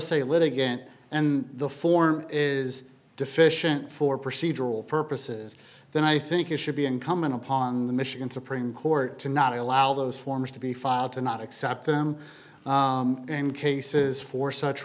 se litigant and the form is deficient for procedural purposes then i think it should be incumbent upon the michigan supreme court to not allow those forms to be filed to not accept them in cases for such